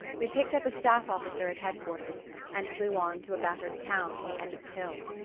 we picked up a staff-officer at head-quarters and flew on to a battered town on the edge of the hills.